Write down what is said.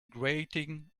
grating